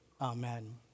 Amen